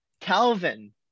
Calvin